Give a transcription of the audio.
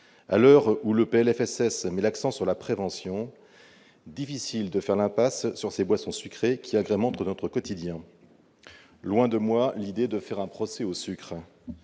à l'heure où, dans le PLFSS, l'accent est mis sur la prévention, difficile de faire l'impasse sur ces boissons sucrées qui agrémentent notre quotidien. Loin de moi l'idée de faire un procès au sucre